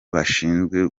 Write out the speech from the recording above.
bashinzwe